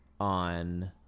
on